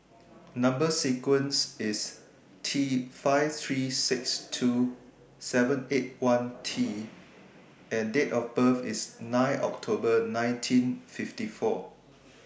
Number sequence IS T five three six two seven eight one T and Date of birth IS nine October nineteen fifty four